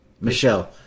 Michelle